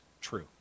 true